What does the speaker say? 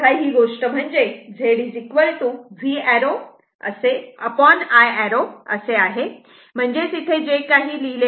तेव्हा ही गोष्ट म्हणजे Z V arrow I arrow असे आहे